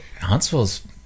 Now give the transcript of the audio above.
Huntsville's